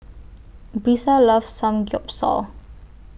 Brisa loves Samgeyopsal